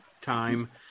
time